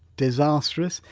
disastrous.